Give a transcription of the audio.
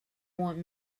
want